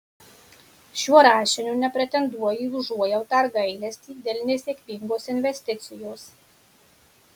šiuo rašiniu nepretenduoju į užuojautą ar gailestį dėl nesėkmingos investicijos